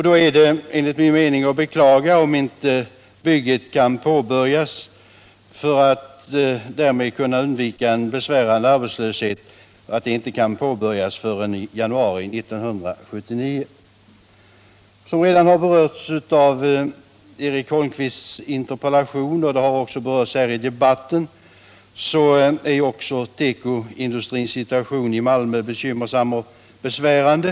Då är det enligt min mening att beklaga om bygget inte kan påbörjas för att därmed kunna undvika en besvärande arbetslöshet förrän i januari 1979. Som redan har berörts i Eric Holmqvists interpellation — det har också berörts här i debatten — är även tekoindustrins situation i Malmö bekymmersam och besvärande.